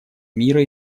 мира